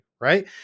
right